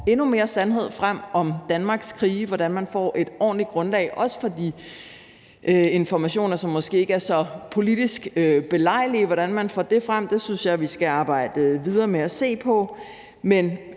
endnu mere af sandheden frem om Danmarks krige, og hvordan man får et ordentligt grundlag for også de informationer, som det måske ikke er så politisk belejligt at man får frem; det synes jeg vi skal arbejde videre med og se på.